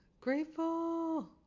grateful